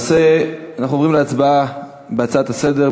הנושא, אנחנו עוברים להצבעה על ההצעה לסדר-היום.